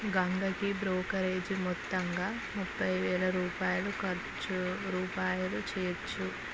గంగకి brokerage మొత్తంగా ముఫై వేల రూపాయలు ఖర్చు రూపాయలు చేర్చు